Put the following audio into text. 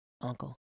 uncle